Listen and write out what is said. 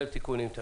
עם התיקון.